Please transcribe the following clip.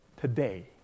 today